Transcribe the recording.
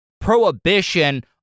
Prohibition